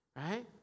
right